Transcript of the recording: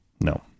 No